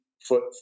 foot